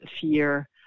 fear